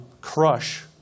crush